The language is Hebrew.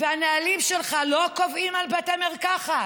והנהלים שלך לא קובעים על בתי מרקחת